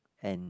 and